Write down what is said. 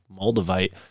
moldavite